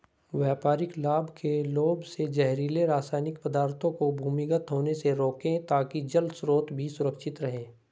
व्यापारिक लाभ के लोभ से जहरीले रासायनिक पदार्थों को भूमिगत होने से रोकें ताकि जल स्रोत भी सुरक्षित रहे